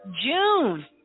June